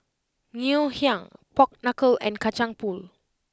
Ngoh Hiang Pork Knuckle and Kacang Pool